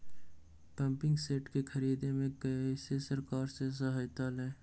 Pumping set के ख़रीदे मे कैसे सरकार से सहायता ले?